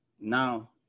now